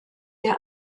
der